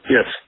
Yes